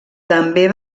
també